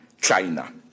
China